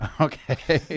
Okay